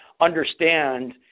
Understand